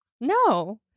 No